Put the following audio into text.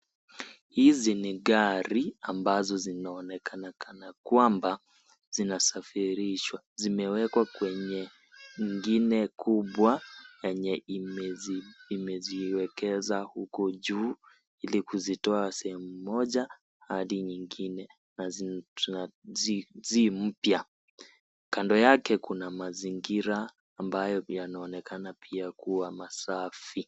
Hizi ni gari ambazo zinaonekana kana kwamba zinasafirishwa. Zimewekwa kwenye ingine kubwa yenye imeziwekeza huku juu ili kuzitoa sehemu moja hadi nyingine zi mpya. Kando yake kuna mazingira ambayo yanaonekana kuwa pia masafi.